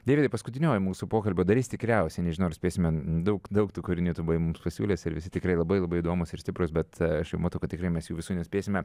deividai paskutinioji mūsų pokalbio dalis tikriausiai nežinau ar spėsime daug daug tų kūrinių buvai mums pasiūlęs ir visi tikrai labai labai įdomūs ir stiprūs bet aš jau matau kad tikrai mes jų visų nespėsime